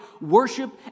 worship